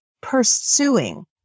pursuing